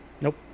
Nope